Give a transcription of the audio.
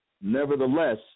Nevertheless